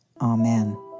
Amen